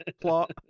plot